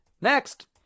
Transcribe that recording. next